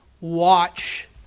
watch